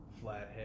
flathead